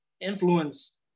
influence